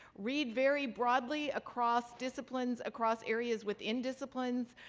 read very broadly across disciplines, across areas within disciplines,